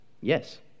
yes